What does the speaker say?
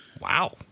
Wow